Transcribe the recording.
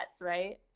right